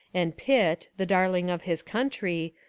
and pitt, the darling of his country,